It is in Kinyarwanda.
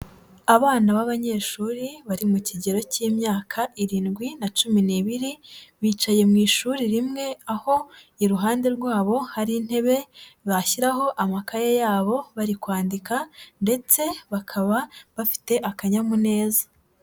Abana b'abanyeshuri bari mu kigero cy'imyaka irindwi na cumi n'ibiri, bicaye mu ishuri rimwe aho iruhande rwabo hari intebe bashyiraho amakaye yabo bari kwandika, ndetse bakaba bafite akanyamuneza.